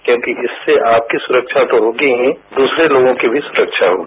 क्योंकिइससे आपकी सुरक्षा तो होगी ही दूसरे लोगों की भी सुरक्षा होगी